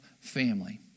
family